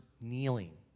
kneeling